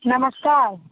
नमस्कार